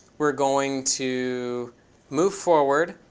we're going to move forward.